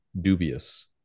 dubious